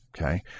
Okay